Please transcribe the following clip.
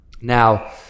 Now